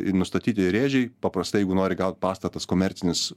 nustatyti rėžiai paprastai jeigu nori gaut pastatas komercinis